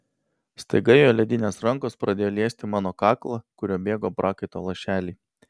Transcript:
staiga jo ledinės rankos pradėjo liesti mano kaklą kuriuo bėgo prakaito lašeliai